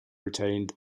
retained